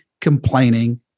complaining